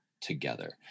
together